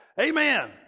Amen